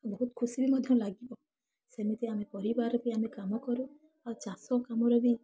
ବହୁତ ଖୁସିରେ ମଧ୍ୟ ଲାଗିବ ସେମିତି ଆମେ ପରିବାର ବି ଆମେ କାମ କରୁ ଆଉ ଚାଷ କାମରେ ବି